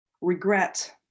regret